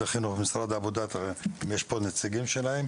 משרד החינוך ומשרד העבודה, אם יש פה נציגים שלכם.